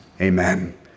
amen